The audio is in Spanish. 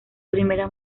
primera